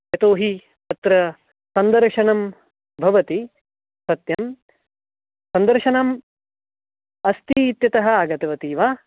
यतोहि अत्र सन्दर्शनं भवति सत्यं सन्दर्शनम् अस्ति इत्यतः आगतवती वा